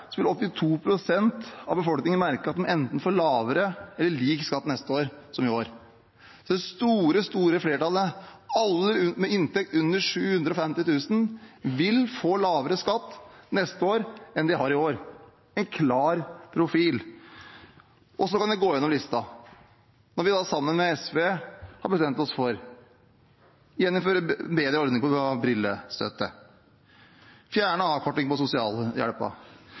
vil 82 pst. av befolkningen merke at man får enten lavere eller lik skatt neste år sammenlignet med i år. Så det store, store flertallet – alle med inntekt under 750 000 kr – vil få lavere skatt neste år enn de har i år. Det er en klar profil. Så kan vi gå gjennom listen. Nå har vi sammen med SV bestemt oss for å gjeninnføre bedre ordning for brillestøtte fjerne avkorting på